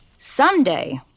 someday,